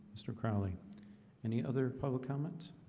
mr. crowley any other public comment?